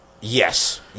Yes